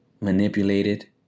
manipulated